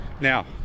Now